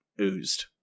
oozed